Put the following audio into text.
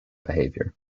behaviour